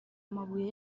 amabuye